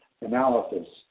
analysis